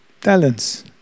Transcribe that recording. talents